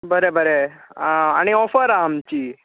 बरें बरें आनी ऑफर आहा आमची